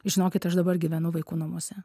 žinokit aš dabar gyvenu vaikų namuose